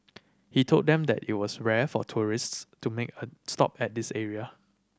he told them that it was rare for tourists to make her stop at this area